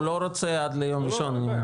הוא לא רוצה עד ליום ראשון.